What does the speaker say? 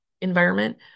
environment